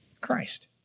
Christ